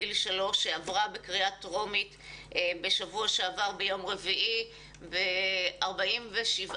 גיל שלוש שעברה בקריאה טרומית ביום רביעי בשבוע שעבר